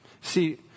See